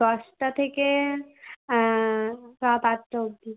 দশটা থেকে রাত আটটা অবধি